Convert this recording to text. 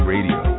Radio